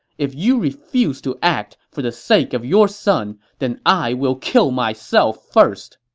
if you refuse to act for the sake of your son, then i will kill myself first!